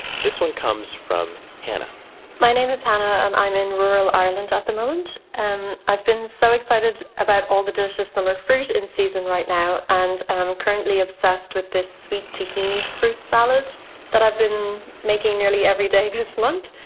this one comes from hannah my name is hannah and i'm in rural ireland at the moment. and i've been so excited about all the delicious summer fruit in season right now. and i'm currently obsessed with this sweet tahini fruit salad that i've been making nearly every day this month.